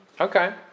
Okay